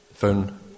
Phone